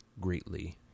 greatly